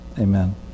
Amen